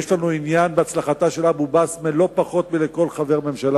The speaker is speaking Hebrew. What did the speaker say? יש לנו עניין בהצלחתה של אבו-בסמה לא פחות מלכל חבר ממשלה,